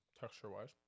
texture-wise